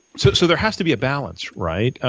so so there has to be a balance, right?